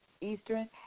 Eastern